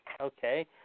Okay